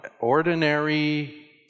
ordinary